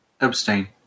Abstain